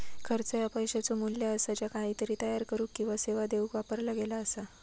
खर्च ह्या पैशाचो मू्ल्य असा ज्या काहीतरी तयार करुक किंवा सेवा देऊक वापरला गेला असा